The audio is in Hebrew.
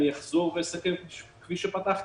אחזור ואסכם כפי שפתחתי: